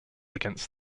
against